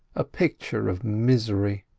a picture of misery.